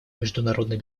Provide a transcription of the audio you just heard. международной